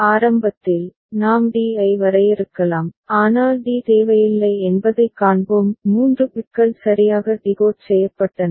ஆரம்பத்தில் நாம் d ஐ வரையறுக்கலாம் ஆனால் d தேவையில்லை என்பதைக் காண்போம் 3 பிட்கள் சரியாக டிகோட் செய்யப்பட்டன